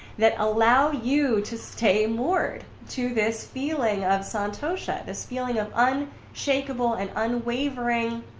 that allow you to stay moored to this feeling of santosha. this feeling of um unshakable and unwavering